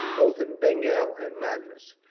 both in bengal and madras.